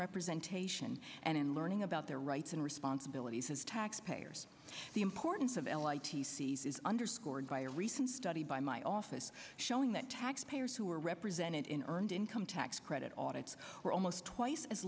representation and in learning about their rights and responsibilities as taxpayers the importance of l i t c's is underscored by a recent study by my office showing that tax payers who are represented in earned income tax credit ought it's almost twice as